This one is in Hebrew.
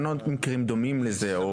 אין עוד מקרים דומים לזה.